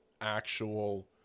actual